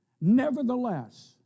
Nevertheless